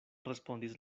respondis